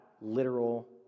literal